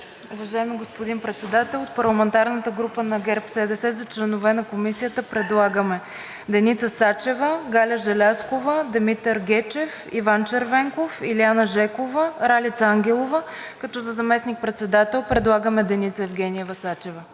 Уважаеми господин Председател! От парламентарната група на ГЕРБ-СДС за членове на Комисията предлагаме: Деница Сачева, Галя Желязкова, Димитър Гечев, Иван Червенков, Илиана Жекова и Ралица Ангелова, като за заместник-председател предлагаме Деница Евгениева Сачева.